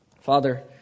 Father